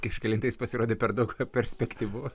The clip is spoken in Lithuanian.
kažkelintais pasirodė per daug perspektyvu